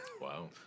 wow